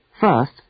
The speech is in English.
First